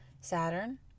saturn